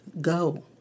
go